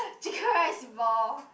chicken rice ball